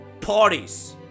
parties